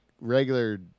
regular